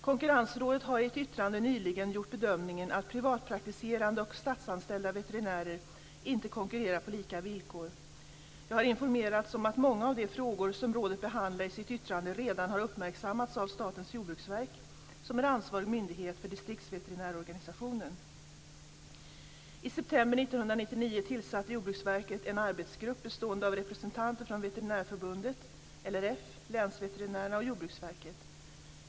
Konkurrensrådet har i ett yttrande nyligen gjort bedömningen att privatpraktiserande och statsanställda veterinärer inte konkurrerar på lika villkor. Jag har informerats om att många av de frågor som rådet behandlar i sitt yttrande redan har uppmärksammats av Statens jordbruksverk, som är ansvarig myndighet för distriktsveterinärorganisationen. I september 1999 tillsatte Jordbruksverket en arbetsgrupp bestående av representanter från Veterinärförbundet, LRF, länsveterinärerna och Jordbruksverket.